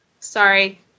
Sorry